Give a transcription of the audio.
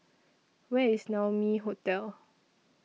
Where IS Naumi Hotel